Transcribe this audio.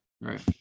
Right